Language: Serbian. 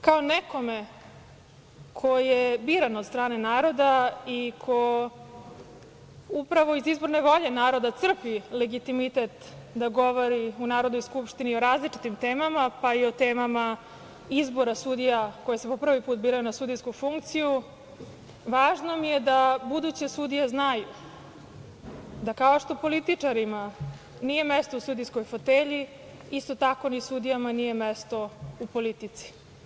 Kao nekome ko je biran od strane naroda i ko upravo iz izborne volje naroda crpi legitimitet da govori u Narodnoj skupštini o različitim temama, pa i o temama izbora sudija koje se po prvi put biraju na sudijsku funkciju, važno mi je da buduće sudije znaju da kao što političarima nije mesto u sudijskoj fotelji, isto tako ni sudijama nije mesto u politici.